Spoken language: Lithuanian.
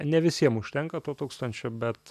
ne visiem užtenka to tūkstančio bet